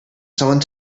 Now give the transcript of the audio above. someone